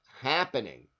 happening